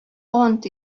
ант